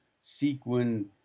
sequin